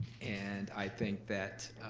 and i think that